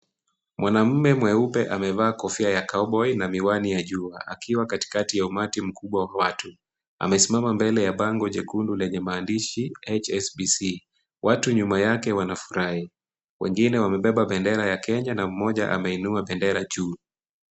Mwanamume mweupe amevaa kofia ya cowboy na miwani ya jua akiwa katikati ya umati mkubwa wa watu. Amesimama mbele ya bango jekundu lenye maandishi HSBC. Watu nyuma yake wanafurahi, wengine wamebeba bendera ya Kenya na mmoja ameinua bendera juu.